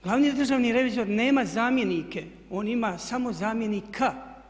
Glavni državni revizor nema zamjenike, on ima samo zamjenika.